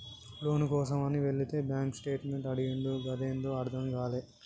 లోను కోసమని వెళితే bank statement అడిగిండు గదేందో అర్థం గాలే